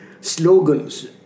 slogans